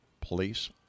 police